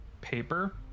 paper